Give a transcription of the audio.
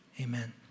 amen